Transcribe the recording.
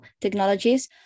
technologies